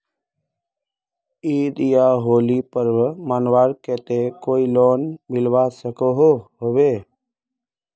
ईद या होली पर्व मनवार केते कोई लोन मिलवा सकोहो होबे?